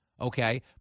Okay